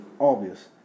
obvious